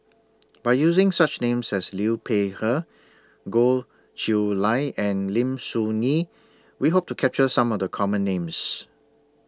By using such Names as Liu Peihe Goh Chiew Lye and Lim Soo Ngee We Hope to capture Some of The Common Names